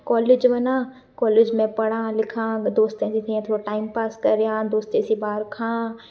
college वञा college में पढ़ां लिखां दोस्तनि सां जीअं थोरो टाइम पास करियां दोस्तनि सां ॿाहिर खां